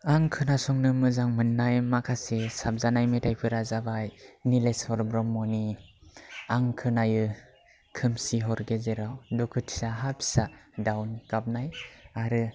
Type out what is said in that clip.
आं खोनासंनो मोजां मोननाय माखासे साबजानाय मेथाइफोरा जाबाय नीलेश्वर ब्रह्मनि आं खोनायो खोमसि हर गेजेराव दुखुथिया हा फिसा दाव गाबनाय आरो